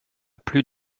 plus